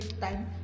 time